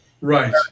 Right